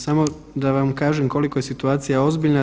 Samo da vam kažem koliko je situacija ozbiljna.